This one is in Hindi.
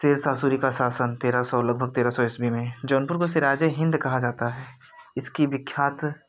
शेरशाह सूरी का शासन तेरह सौ लगभग तेरह सौ ईस्वी में जौनपुर को सिराजे हिंद कहा जाता है इसकी विख्यात